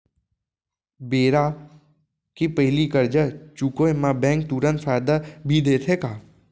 बेरा के पहिली करजा चुकोय म बैंक तुरंत फायदा भी देथे का?